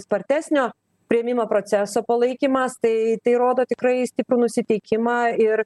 spartesnio priėmimo proceso palaikymas tai tai rodo tikrai stiprų nusiteikimą ir